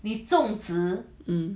um